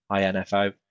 info